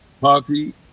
party